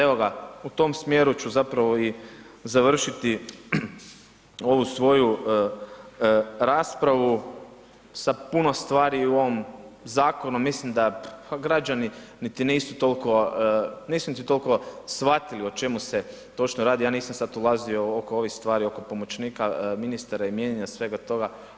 Evo ga u tom smjeru ću zapravo i završiti ovu svoju raspravu, sa puno stari u ovom zakonu, mislim da građani niti nisu toliko, nisu niti toliko shvatili o čemu se točno radi, ja nisam sad ulazio oko ovih stvari, oko pomoćnika ministara i mijenjanja svega toga.